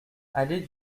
allée